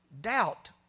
Doubt